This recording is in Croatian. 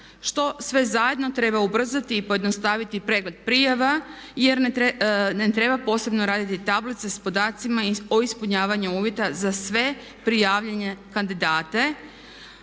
što sve zajedno treba ubrzati i pojednostaviti pregled prijava jer ne treba posebno raditi tablice sa podacima o ispunjavanju uvjeta za sve prijavljene kandidate.